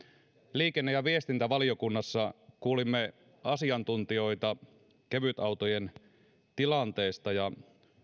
liikenne ja viestintävaliokunnassa kuulimme asiantuntijoita kevytautojen tilanteesta ja